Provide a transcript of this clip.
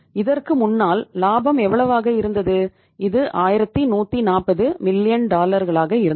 இதற்கு முன்னால் லாபம் எவ்வளவாக இருந்தது